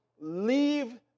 leave